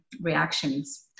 reactions